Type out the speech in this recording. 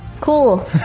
cool